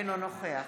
אינו נוכח